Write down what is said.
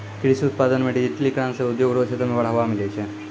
कृषि उत्पादन मे डिजिटिकरण से उद्योग रो क्षेत्र मे बढ़ावा मिलै छै